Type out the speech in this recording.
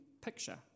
picture